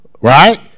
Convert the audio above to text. Right